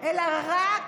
אלא רק,